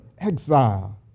exile